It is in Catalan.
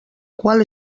qual